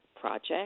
project